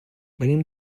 venim